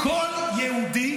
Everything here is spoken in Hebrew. --- כל יהודי